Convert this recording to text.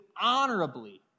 honorably